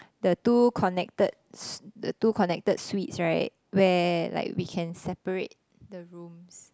the two connected sui~ the two connected suites right where like we can separate the rooms